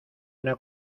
una